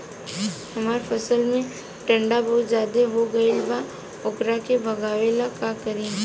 हमरा फसल में टिड्डा बहुत ज्यादा हो गइल बा वोकरा के भागावेला का करी?